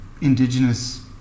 indigenous